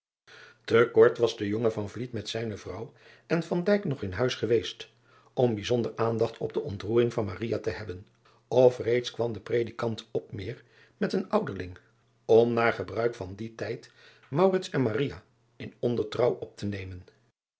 kort was de jonge met zijne vrouw en nog in huis geweest om bijzonder aandacht op de ontroering van te hebben of reeds kwam de redikant met een uderling om naar gebruik van dien tijd en in ondertrouw op te nemen